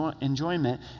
enjoyment